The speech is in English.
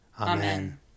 Amen